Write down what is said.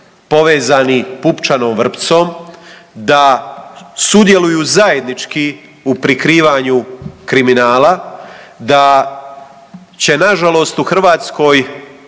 povezani pupčanom vrpcom, da sudjeluju zajednički u prikrivanju kriminala, da će nažalost u Hrvatskoj